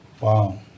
Wow